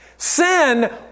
Sin